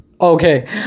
okay